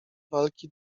walki